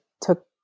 took